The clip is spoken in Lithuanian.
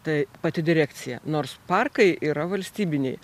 tai pati direkcija nors parkai yra valstybiniai